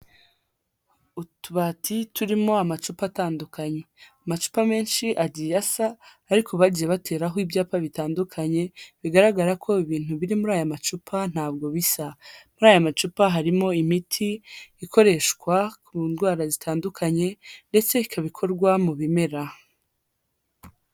Utubati turimo amacupa atandukanye, amacupa menshi agiye asa, ariko bagiye bateraho ibyapa bitandukanye, bigaragara ko ibintu biri muri aya macupa ntabwo bisa, muri aya macupa harimo imiti ikoreshwa ku ndwara zitandukanye, ndetse ikaba ikorwa mu bimera.